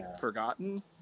forgotten